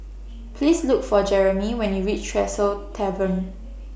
Please Look For Jeromy when YOU REACH Tresor Tavern